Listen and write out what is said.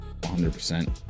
100%